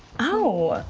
oh,